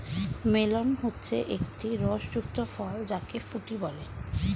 melon হচ্ছে একটি রস যুক্ত ফল যাকে ফুটি বলে